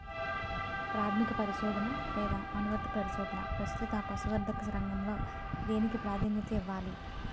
ప్రాథమిక పరిశోధన లేదా అనువర్తిత పరిశోధన? ప్రస్తుతం పశుసంవర్ధక రంగంలో దేనికి ప్రాధాన్యత ఇవ్వాలి?